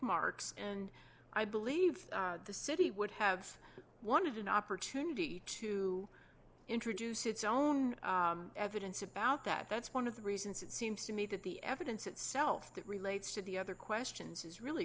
marks and i believe the city would have wanted an opportunity to introduce its own evidence about that that's one of the reasons it seems to me that the evidence itself that relates to the other questions is really